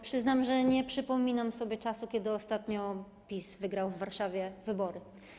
Przyznam, że nie przypominam sobie czasu, kiedy ostatnio PiS wygrał w Warszawie wybory.